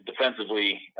defensively